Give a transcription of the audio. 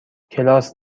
کلاس